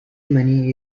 money